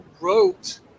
wrote